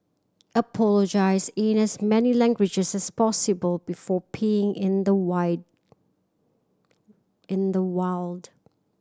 apologise in as many languages as possible before peeing in the wild